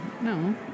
No